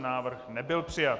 Návrh nebyl přijat.